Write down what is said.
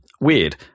weird